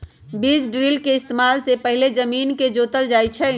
बीज ड्रिल के इस्तेमाल से पहिले जमीन के जोतल जाई छई